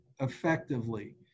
effectively